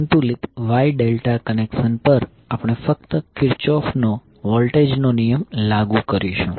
સંતુલિત Y delta connection પર આપણે ફક્ત કિર્ચોફ નો વોલ્ટેજ નો નિયમ લાગુ કરીશું